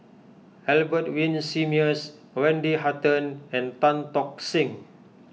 Albert Winsemius Wendy Hutton and Tan Tock Seng